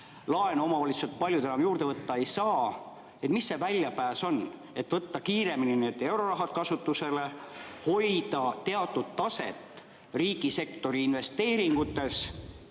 paljud omavalitsused enam juurde võtta ei saa. Mis see väljapääs on? Võtta kiiremini need eurorahad kasutusele, hoida teatud taset riigisektori investeeringutes